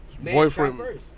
boyfriend